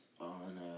on